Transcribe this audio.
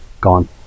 Gone